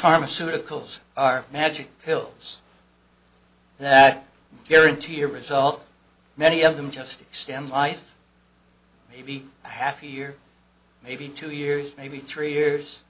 pharmaceuticals are magic pills that guarantee a result many of them just extend life maybe a half a year maybe two years maybe three years